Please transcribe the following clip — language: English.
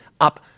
up